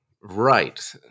Right